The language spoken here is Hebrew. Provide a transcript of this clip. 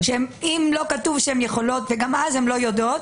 אם לא כתוב שהן יכולות וגם אז הן לא יודעות